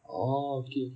oh okay okay